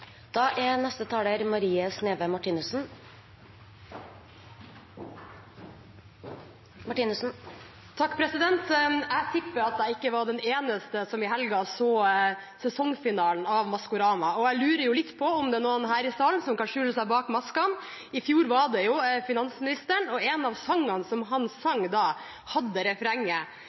Jeg tipper at jeg ikke var den eneste som i helgen så sesongfinalen av Maskorama, og jeg lurer litt på om det er noen her i salen som kan skjule seg bak maskene. I fjor var det finansministeren, og en av sangene han sang da, hadde refrenget: